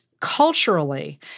culturally